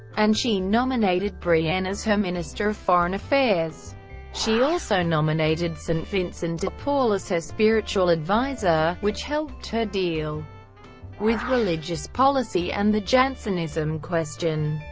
and she nominated brienne as her minister of foreign affairs she also nominated saint vincent de paul as her spiritual adviser, which helped her deal with religious policy and the jansenism question.